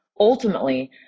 Ultimately